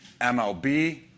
MLB